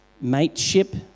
mateship